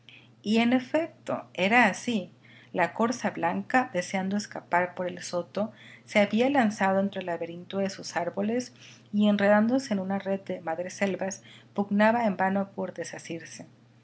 y en efecto era así la corza blanca deseando escapar por el soto se había lanzado entre el laberinto de sus árboles y enredándose en una red de madreselvas pugnaba en vano por